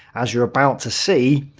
as you're about to see,